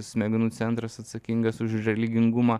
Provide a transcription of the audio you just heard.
smegenų centras atsakingas už religingumą